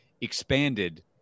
expanded